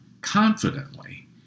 confidently